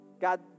God